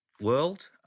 world